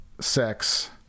sex